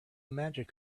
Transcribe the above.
magic